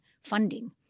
funding